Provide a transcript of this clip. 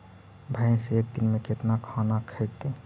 भैंस एक दिन में केतना खाना खैतई?